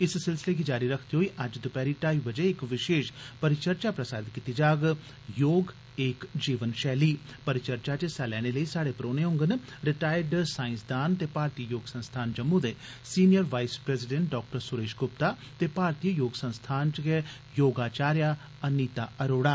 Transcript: इस सिलसिले गी जारी रखदे होई अज्ज दपैह्री ढाई बजे इक विशेष परिचर्चा प्रसारत कीती जाग ''योग एक जीवन शैली'' परिचर्चा च हिस्सा लैने लेई साढ़े परौहने होंगन रटैर सांइसदान ते भारतीय योग संस्थान जम्मू दे वरिष्ठ वाईस प्रेज़िडैंट डॉ सुरेश गुप्ता ते भारतीय योग संस्थान च गै योग आचार्या अनीता अरोड़ा